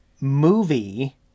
movie